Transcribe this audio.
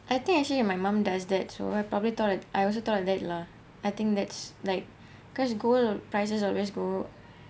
I think I see and my mum does that so I probably though at I also thought of that lah I think that's like because gold prices will always grow